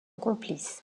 complice